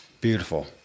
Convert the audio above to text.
Beautiful